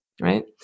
Right